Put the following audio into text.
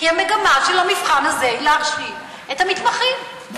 כי המגמה של המבחן הזה היא להפסיד את המתמחים.